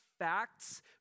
Facts